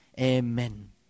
Amen